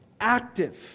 active